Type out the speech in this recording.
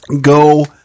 go